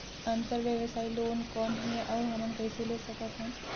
अंतरव्यवसायी लोन कौन हे? अउ हमन कइसे ले सकथन?